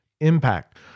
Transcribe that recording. impact